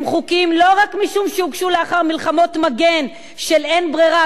הם חוקיים לא רק משום שהושגו לאחר מלחמות מגן של אין ברירה,